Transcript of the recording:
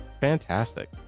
Fantastic